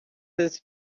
his